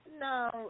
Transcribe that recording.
No